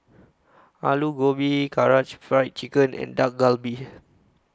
Alu Gobi Karaage Fried Chicken and Dak Galbi